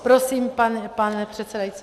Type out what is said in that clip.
Prosím, pane předsedající?